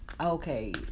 okay